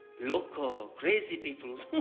loco, crazy peoples.